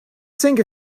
sink